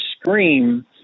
scream